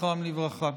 זכרם לברכה.